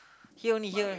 here only here only